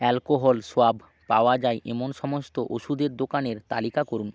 alcohol swab পাওয়া যায় এমন সমস্ত ওষুধের দোকানের তালিকা করুন